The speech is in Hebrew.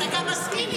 אתה גם מסכים איתו.